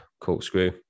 corkscrew